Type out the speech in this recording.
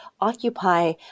occupy